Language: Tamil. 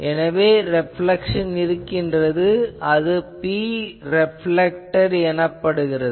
எனவே ரெப்லேக்சன் இருக்கின்றது அது Preflected ஆகும்